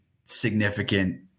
significant